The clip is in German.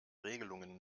regelungen